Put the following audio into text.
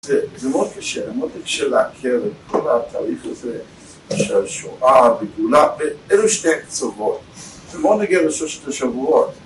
זה, זה מאוד קשה, מאוד קשה לעכל את כל התהליך הזה של שואה וגאולה ואלו שני קצוות בוא נגיע לשלושת השבועות